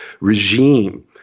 regime